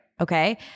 okay